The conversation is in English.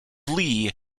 lee